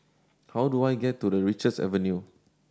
how do I get to Richards Avenue